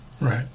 Right